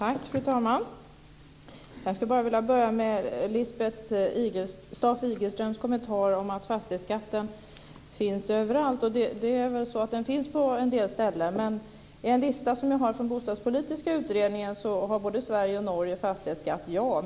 Fru talman! Jag skulle vilja börja med Lisbeth Staaf-Igelströms kommentar om att fastighetsskatten finns överallt. Och det är väl så att den finns på en del ställen. Enligt en lista som jag har fått från Bostadspolitiska utredningen har både Sverige och Norge fastighetsskatt. Det är riktigt.